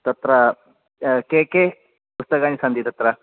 तत्र के के पुस्तकानि सन्ति तत्र